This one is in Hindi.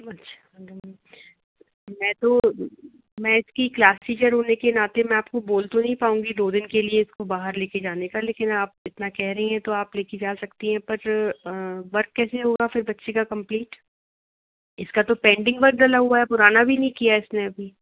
अच्छा मैं तो मैं इसकी की क्लास टीचर हूँ लेकिन मैं आपको बोल तो नहीं पाऊँगी दो दिन के लिए इसको बाहर ले कर जाने का लेकिन आप इतना कह रहीं हैं तो आप ले कर जा सकती हैं पर वर्क कैसे होगा फिर बच्चे का कम्पलीट इसका तो पेंडिंग वर्क डला हुआ है पुराना भी नहीं किया है इस ने अभी